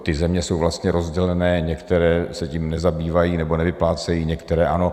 Ty země jsou vlastně rozdělené, některé se tím nezabývají nebo nevyplácejí, některé ano.